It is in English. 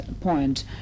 point